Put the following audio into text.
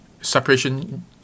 separation